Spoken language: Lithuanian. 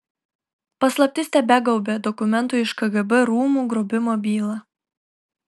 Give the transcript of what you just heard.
paslaptis tebegaubia dokumentų iš kgb rūmų grobimo bylą